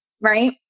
right